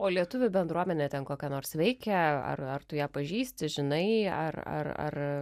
o lietuvių bendruomenė ten kokia nors veikia ar ar tu ją pažįsti žinai ar ar ar